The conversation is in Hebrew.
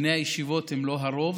בני הישיבות הם לא הרוב.